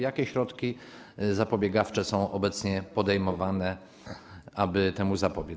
Jakie środki zapobiegawcze są obecnie podejmowane, aby temu zapobiec?